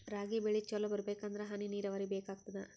ರಾಗಿ ಬೆಳಿ ಚಲೋ ಬರಬೇಕಂದರ ಹನಿ ನೀರಾವರಿ ಬೇಕಾಗತದ?